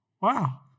Wow